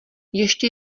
ještě